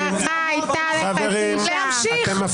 סליחה, השמיצו פה את ענף ההטלה, ואי-אפשר.